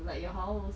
like your house